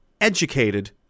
educated